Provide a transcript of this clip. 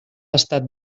estat